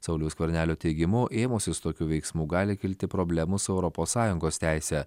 sauliaus skvernelio teigimu ėmusis tokių veiksmų gali kilti problemų su europos sąjungos teise